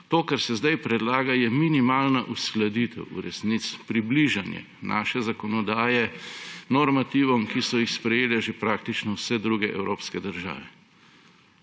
To, kar se zdaj predlaga, je minimalna uskladitev v resnici. Približanje naše zakonodaje normativom, ki so jih sprejele že praktično vse druge evropske države.